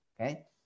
Okay